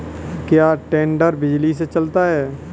क्या टेडर बिजली से चलता है?